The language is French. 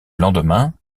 lendemain